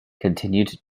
continued